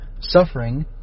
suffering